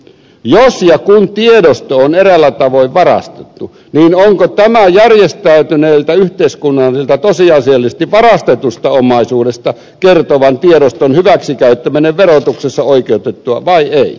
jos ja kun tiedosto on eräällä tavoin varastettu onko tämän järjestäytyneiltä yhteiskunnilta tosiasiallisesti varastetusta omaisuudesta kertovan tiedoston hyväksikäyttäminen verotuksessa oikeutettua vai ei